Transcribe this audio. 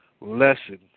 lesson